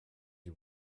you